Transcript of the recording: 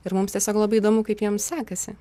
ir mums tiesiog labai įdomu kaip jiems sekasi